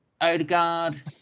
Odegaard